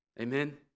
Amen